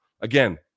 again